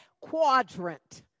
quadrant